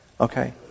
Okay